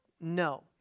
no